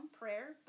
prayer